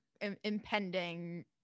impending